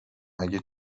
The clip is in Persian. اگه